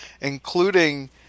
including